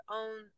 own